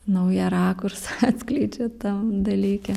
naują rakursą atskleidžia tam dalyke